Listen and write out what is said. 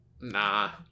nah